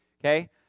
okay